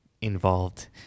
involved